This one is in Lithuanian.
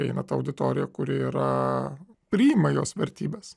eina ta auditorija kuri yra priima jos vertybes